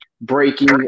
breaking